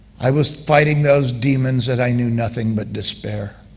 i was fighting those demons that i knew nothing but despair,